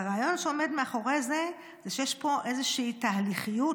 והרעיון שעומד מאחורי זה הוא שיש פה איזושהי תהליכיות,